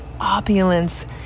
opulence